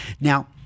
Now